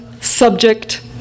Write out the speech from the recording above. subject